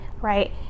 right